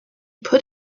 put